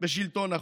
בשלטון החוק.